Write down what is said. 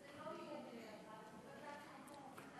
אנחנו עוברים